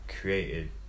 created